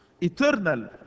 Eternal